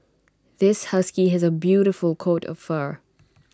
this husky has A beautiful coat of fur